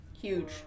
Huge